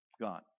Gone